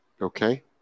Okay